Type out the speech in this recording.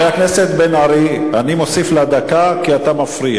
ראינו את העוצמה שלכם.